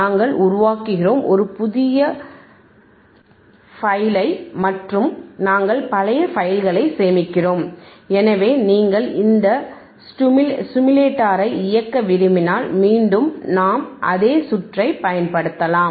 நாங்கள் உருவாக்குகிறோம் ஒரு புதிய ஃபைலை மற்றும் நாங்கள் பழைய ஃபைல்களை சேமிக்கிறோம் எனவே நீங்கள் இந்த சிமுலேட்டர்களை இயக்க விரும்பினால் மீண்டும் நாம் அதே சுற்றை பயன்படுத்தலாம்